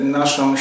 naszą